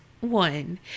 one